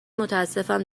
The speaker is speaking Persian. متاسفم